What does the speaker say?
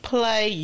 Play